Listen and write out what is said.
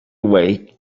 away